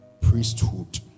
priesthood